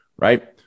right